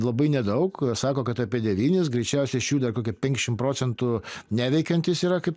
labai nedaug sako kad apie devynis greičiausia iš jų dar kokie penkiasdešimt procentų neveikiantis yra kaip